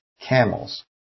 Camels